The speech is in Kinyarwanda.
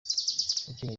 ukeneye